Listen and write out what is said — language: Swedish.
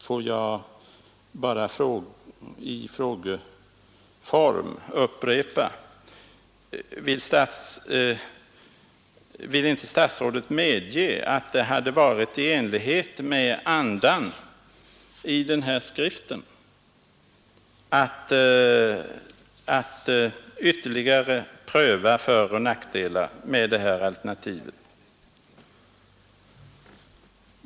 Får jag i frågeform upprepa: Vill inte statsrådet medge att det hade varit i enlighet med andan i den här skriften att ytterligare pröva föroch nackdelar med det här alternativet?